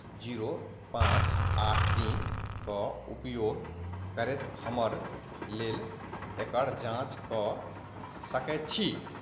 zero पाँच आठ तीनके उपयोग करैत हमर लेल एकर जाँच कऽ सकै छी